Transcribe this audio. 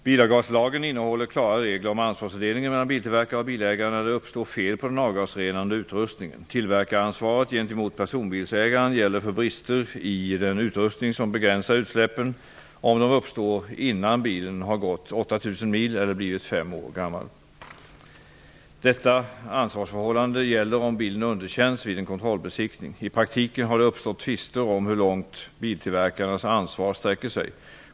Bilavgaslagen innehåller klara regler om ansvarsfördelningen mellan biltillverkare och bilägare när det uppstår fel på den avgasrenande utrustningen. Tillverkaransvaret gentemot personbilsägaren gäller för brister i den utrustning som begränsar utsläppen om de uppstår innan bilen har gått 8 000 mil eller blivit fem år gammal. Detta ansvarsförhållande gäller om bilen underkänns vid en kontrollbesiktning. I praktiken har det uppstått tvister om hur långt biltillverkarnas ansvar sträcker sig.